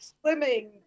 swimming